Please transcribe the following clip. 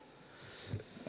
בבקשה.